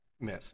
miss